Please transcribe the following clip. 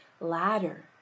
ladder